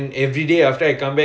oh my goodness